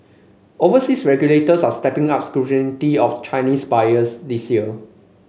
overseas regulators are stepping up scrutiny of Chinese buyers this year